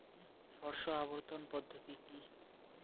শস্য আবর্তন পদ্ধতি কি?